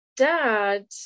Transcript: dad